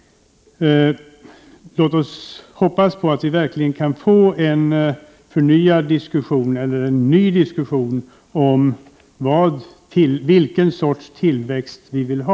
Låt oss hoppas på att vi verkligen kan få en ny diskussion om vilken sorts tillväxt vi vill ha.